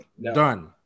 done